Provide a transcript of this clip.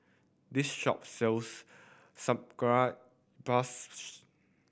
this shop sells